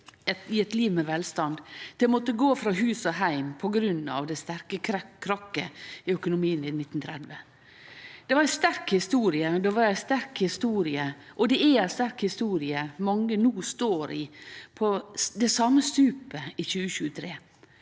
i eit liv med velstand til å måtte gå frå hus og heim på grunn av det store krakket i økono mien i 1930. Det var ei sterk historie, og det er ei sterk historie når mange no står på det same stupet i 2023.